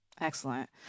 Excellent